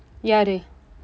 யாரு:yaaru